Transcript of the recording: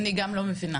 אני גם לא מבינה.